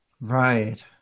Right